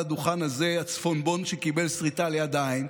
הדוכן הזה הצפונבון שקיבל סריטה ליד העין,